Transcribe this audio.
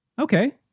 okay